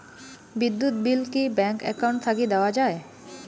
বিদ্যুৎ বিল কি bank account থাকি দেওয়া য়ায়?